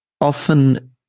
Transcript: often